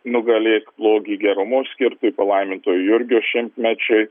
nugalėk blogį gerumu skirti palaimintojo jurgio šimtmečiui